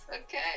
Okay